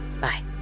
Bye